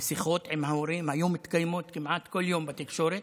ושיחות עם ההורים היו מתקיימות כמעט כל יום בתקשורת.